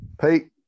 Pete